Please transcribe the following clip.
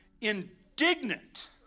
indignant